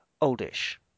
oldish